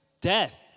death